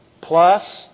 plus